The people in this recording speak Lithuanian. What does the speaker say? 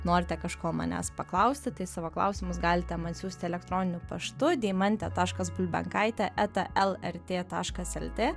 norite kažko manęs paklausti tai savo klausimus galite man siųsti elektroniniu paštu deimantė taškas bulbenkaitė eta lrt taškas lt